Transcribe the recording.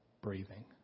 breathing